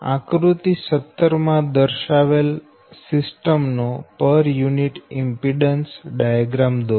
આકૃતિ 17 માં દર્શાવેલ સિસ્ટમ નો પર યુનિટ ઈમ્પીડન્સ ડાયાગ્રામ દોરો